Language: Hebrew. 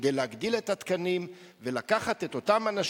כדי להגדיל את התקנים ולקחת את אותם אנשים,